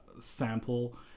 sample